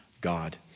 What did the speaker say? God